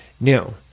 Now